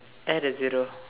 add a zero